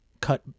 cut